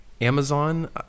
Amazon